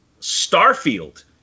Starfield